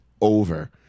over